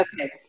Okay